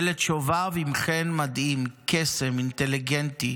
ילד שובב עם חן מדהים, קסם, אינטליגנטי,